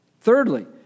Thirdly